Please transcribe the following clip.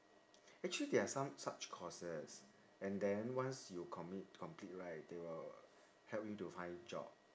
actually there are some such courses and then once you commit complete right they will help you to find job